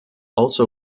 also